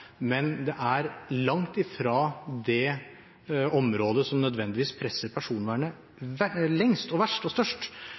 men det er langt fra det området som nødvendigvis presser personvernet